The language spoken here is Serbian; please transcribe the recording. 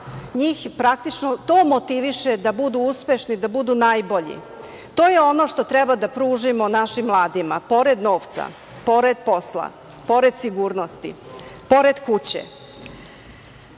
Njih praktično to motiviše da budu uspešni, da budu najbolji. To je ono što treba da pružimo našim mladima pored novca, pored posla, pored sigurnosti, pored kuće. Pored